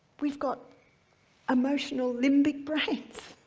we've got emotional limbic brains,